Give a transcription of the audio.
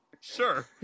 sure